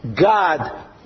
God